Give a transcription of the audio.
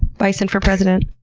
bison for president.